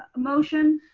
motion?